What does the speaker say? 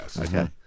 Okay